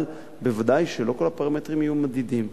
אבל ודאי שלא כל הפרמטרים יהיו מדידים.